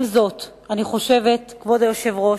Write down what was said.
עם זאת, אני חושבת, כבוד היושב-ראש,